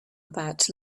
about